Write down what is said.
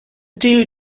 due